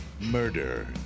Murder